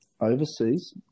overseas